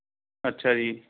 ਅੱਛਾ ਜੀ